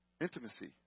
Intimacy